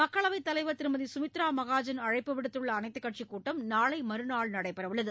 மக்களவைத் தலைவர் திருமதி சுமித்ரா மகாஜன் அழைப்பு விடுத்துள்ள அனைத்துக் கட்சிக் கூட்டம் நாளை மறுநாள் நடைபெறவுள்ளது